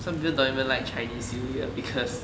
some people don't even like chinese new year because